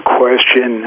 question